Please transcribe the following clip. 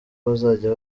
bazajya